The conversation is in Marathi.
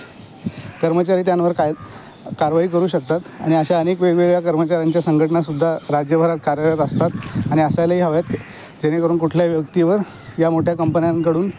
कर्मचारी त्यांवर काय कारवाई करू शकतात आणि अशा अनेक वेगवेगळ्या कर्मचाऱ्यांच्या संघटनासुद्धा राज्यभरात कार्यरत असतात आणि असायलाही हव्यात जेणेकरून कुठल्याही व्यक्तीवर या मोठ्या कंपन्यांकडून